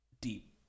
deep